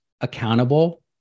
accountable